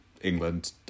England